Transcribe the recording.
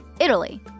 Italy